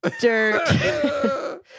dirt